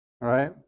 right